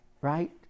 right